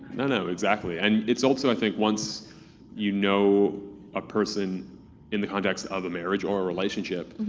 no, no, exactly. and it's also, i think, once you know a person in the context of a marriage, or a relationship,